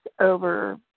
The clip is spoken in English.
over